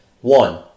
One